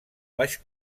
baix